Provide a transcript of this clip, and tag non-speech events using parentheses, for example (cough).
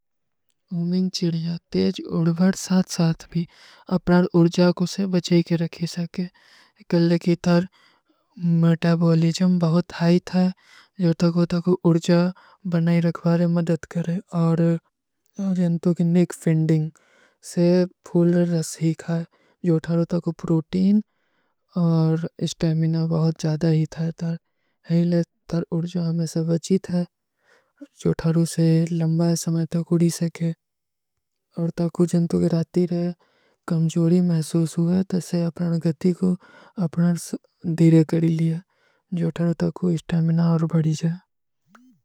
ଉମିଂଗ ଚିର୍ଜା, ତେଜ ଉଡବଡ ସାଥ ସାଥ ଭୀ ଅପନା ଉର୍ଜା କୋ ସେ ବଚେ କେ ରଖେ ସକେ। ଏକଲେ କୀ ତର (hesitation) ମେଟାବୋଲୀଜମ ବହୁତ ହାଈ ଥା। ଜୋ ତକ ଉତକୋ ଉର୍ଜା ବନାଈ ରଖଵାରେ ମଦଦ କରେ। (hesitation) ଔର ଜନ୍ତୋଂ କୀ ନିକ ଫିଂଡିଂଗ ସେ ଫୂଲର ରସ ହୀ ଖାଯ। ଜୋ ତକ ଉତକୋ ପ୍ରୋଟୀନ ଔର ଇସ୍ଟୈମିନା ବହୁତ ଜାଦା ହୀ ଥା। ହେଲେ ତର ଉର୍ଜା ମେଂ ସବ ବଚୀ ଥା। ଜୋ ତକ ଉସେ ଲଂବାଯ ସମଯ ତକ ଉଡୀ ସକେ। ଔର ତକ ଜନ୍ତୋଂ କୀ ରାତୀ ରହେ କମଜୋରୀ ମହସୂସ ହୁଆ। ତସେ ଅପନା ଗତୀ କୋ ଅପନା (hesitation) ଦୀରେ କରେ ଲିଏ। ଜୋ ତକ ଉସେ ଇସ୍ଟୈମିନା ବହୁତ ଜାଦା ହୀ ଥା।